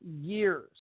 years